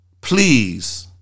Please